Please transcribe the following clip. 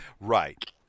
Right